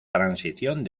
transición